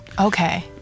Okay